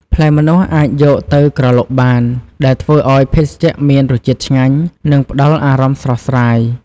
ផ្លែម្នាស់អាចយកទៅក្រឡុកបាន ដែលធ្វើឲ្យភេសជ្ជៈមានរសជាតិឆ្ងាញ់ និងផ្តល់អារម្មណ៍ស្រស់ស្រាយ។